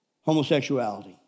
homosexuality